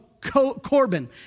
Corbin